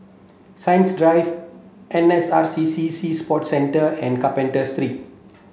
Science Drive N S R C C Sea Sports Centre and Carpenter Street